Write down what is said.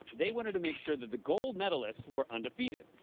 they wanted to make sure that the gold medalists were undefeated.